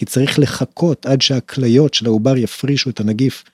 כי צריך לחכות עד שהכליות של העובר יפרישו את הנגיף.